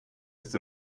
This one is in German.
ist